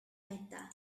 matta